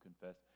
confess